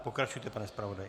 Pokračujte, pane zpravodaji.